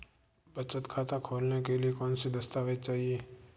बचत खाता खोलने के लिए कौनसे दस्तावेज़ चाहिए?